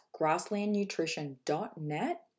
grasslandnutrition.net